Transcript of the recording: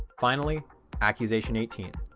finally accusation eighteen.